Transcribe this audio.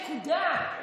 נקודה,